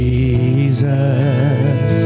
Jesus